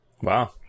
Wow